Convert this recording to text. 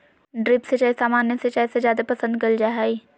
drip सिंचाई सामान्य सिंचाई से जादे पसंद कईल जा हई